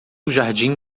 jardim